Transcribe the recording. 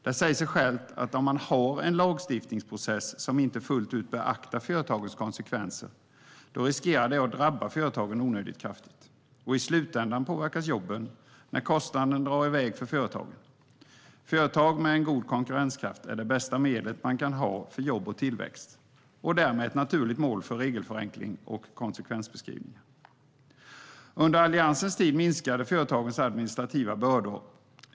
Det säger sig självt att det riskerar att drabba företagen onödigt kraftigt om man har en lagstiftningsprocess som inte fullt ut beaktar konsekvenserna för företagen. I slutändan påverkas jobben när kostnaderna drar iväg för företagen. Företag med en god konkurrenskraft är det bästa medlet man kan ha för jobb och tillväxt och är därmed ett naturligt mål för regelförenkling och konsekvensbeskrivningar. Under Alliansens tid minskade företagens administrativa bördor.